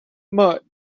mud